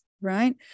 Right